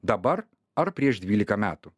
dabar ar prieš dvylika metų